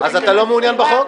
אז אתה לא מעוניין בחוק?